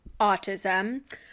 autism